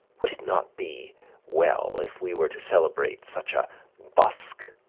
would it not be well if we were to celebrate such a busk,